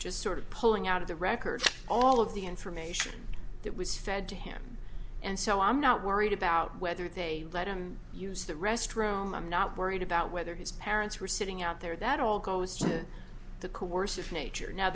just sort of pulling out of the records all of the information that was fed to him and so i'm not worried about whether they let him use the restroom i'm not worried about whether his parents were sitting out there that all goes to the coercive nature now